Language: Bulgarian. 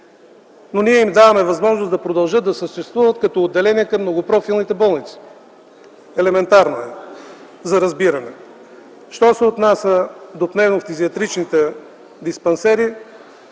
Ние им даваме възможност да продължат да съществуват като отделения към многопрофилните болници. Елементарно е за разбиране. Що се отнася до пневмофтизиатричните диспансери,